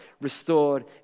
restored